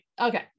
Okay